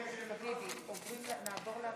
אפשר, היו"ר?